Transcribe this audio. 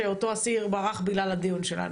שאותו אסיר ברח בגלל הדיון שלנו.